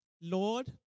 Lord